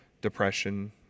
depression